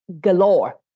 galore